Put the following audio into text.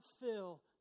fill